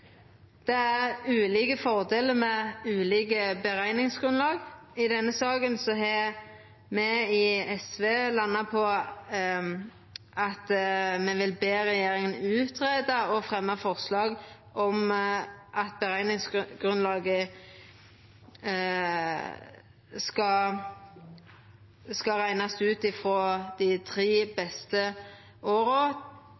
Det er ulike fordelar med ulike berekningsgrunnlag. I denne saka har me i SV landa på at me vil be regjeringa greia ut og fremja forslag om at berekningsgrunnlaget skal reknast ut frå dei tre